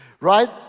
right